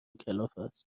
کلافست